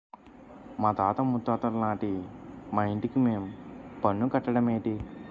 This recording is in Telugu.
మాతాత ముత్తాతలనాటి మా ఇంటికి మేం పన్ను కట్టడ మేటి